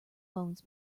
bones